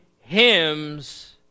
hymns